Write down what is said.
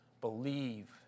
believe